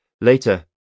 Later